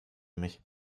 mich